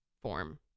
Form